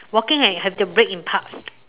walking I have to break in parts